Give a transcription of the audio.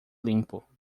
limpo